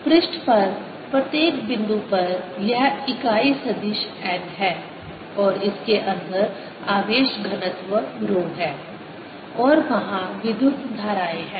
पृष्ठ पर प्रत्येक बिंदु पर यह इकाई सदिश n है और इसके अंदर आवेश घनत्व रो है और वहां विद्युत् धाराएं हैं